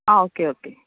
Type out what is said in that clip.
आं okay okay